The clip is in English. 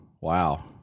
wow